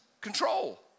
control